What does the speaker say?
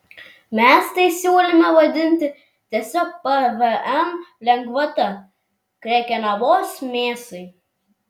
mes tai siūlėme vadinti tiesiog pvm lengvata krekenavos mėsai